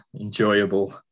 enjoyable